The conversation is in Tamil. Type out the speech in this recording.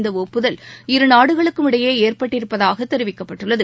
இந்த ஒப்புதல் இருநாடுகளுக்கும் இடையே ஏற்பட்டிருப்பதாக தெரிவிக்கப்பட்டுள்ளது